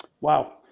Wow